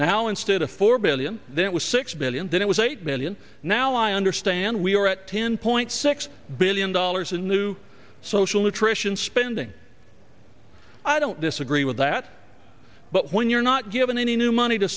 now instead of four billion then it was six billion then it was eight million now i understand we are at ten point six billion dollars in new social nutrition spending i don't disagree with that but when you're not given any new money to